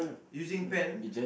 using pen